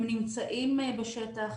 הם נמצאים בשטח,